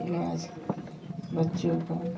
इलाज़ बच्चों का